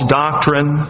doctrine